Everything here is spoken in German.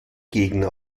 gegner